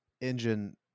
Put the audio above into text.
engine